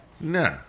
Nah